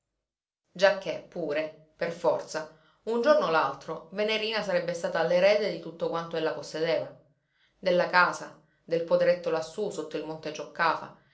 diceva giacché pure per forza un giorno o l'altro venerina sarebbe stata l'erede di tutto quanto ella possedeva della casa del poderetto lassù sotto il monte cioccafa